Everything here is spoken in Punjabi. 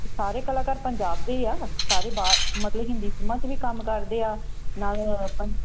ਇਹ ਸਾਰੇ ਕਲਾਕਾਰ ਪੰਜਾਬ ਦੇ ਹੀ ਆ ਸਾਰੇ ਬਾ ਮਤਲਬ ਹਿੰਦੀ ਫਿਲਮਾਂ 'ਚ ਵੀ ਕੰਮ ਕਰਦੇ ਆ ਨਾਲ